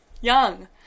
Young